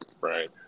Right